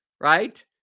right